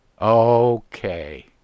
Okay